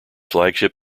flagship